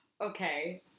okay